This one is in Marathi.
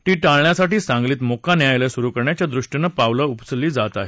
ती टाळण्यासाठी सांगलीत मोक्का न्यायालय सुरू करण्याच्या दृष्टीनं पावलं उचलली जात आहेत